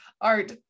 art